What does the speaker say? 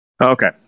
Okay